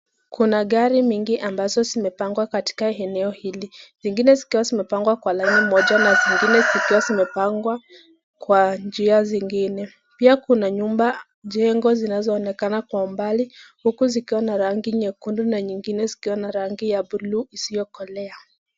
kuna gari mengi ambazo zimepangwa katika eneo hili, zingine zikiwa zimepangwa kwa laini moja, mwingine zikiwa zimepangwa, kwa njia singine, pia kuna nyumba jengo zinazo onekana kwa umbali huku zikiwa na rangi nyekundu na zingine zikiwa na rangi ya buluu isiyokolea.